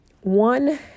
One